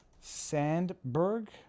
Sandberg